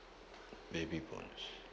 baby bonus